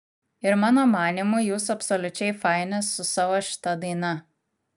ir mano manymu jūs absoliučiai faini su savo šita daina